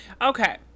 Okay